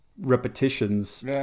repetitions